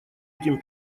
этим